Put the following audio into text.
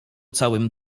całym